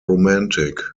romantic